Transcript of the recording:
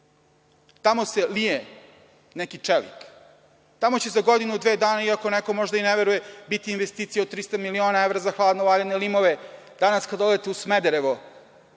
Tamo se lije neki čelik, tamo će za godinu, dve dana, iako neko možda ne veruje, biti investicije od 300 miliona evra za hladno valjane limove. Danas kada odete u Smederevo,